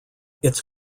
its